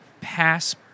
pass